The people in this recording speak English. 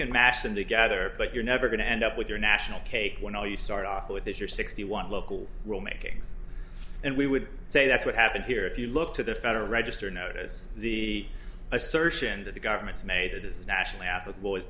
can mash them together but you're never going to end up with your national cake when all you start off with is your sixty one local rule makings and we would say that's what happened here if you look to the federal register notice the assertion that the government's made this is nationally applicable is